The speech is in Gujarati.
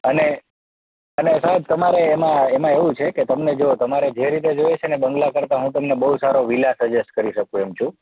અને અને સાહેબ તમારે એમાં એમ એવું છે કે તમને જો તમારે જે રીતે જોઈએ છેને બંગલા કરતાં હું તમને બહુ સારો વિલા સજેસ્ટ કરી શકું એમ છું